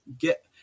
Get